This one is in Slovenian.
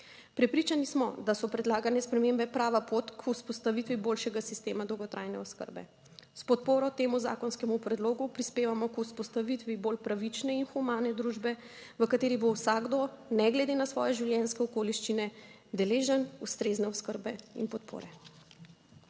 Prepričani smo, da so predlagane spremembe prava pot k vzpostavitvi boljšega sistema dolgotrajne oskrbe. **7. TRAK: (JJ) – 9.30** (nadaljevanje) S podporo temu zakonskemu predlogu prispevamo k vzpostavitvi bolj pravične in humane družbe v kateri bo vsakdo, ne glede na svoje življenjske okoliščine, deležen ustrezne oskrbe in podpore.